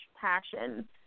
passion